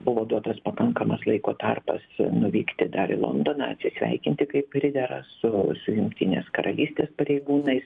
buvo duotas pakankamas laiko tarpas nuvykti dar į londoną atsisveikinti kaip pridera su jungtinės karalystės pareigūnais